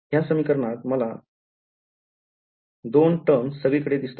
ह्या समीकरणात मला तू टर्म सगळीकडे दिसतो का